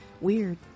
weird